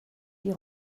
die